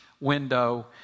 window